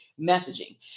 messaging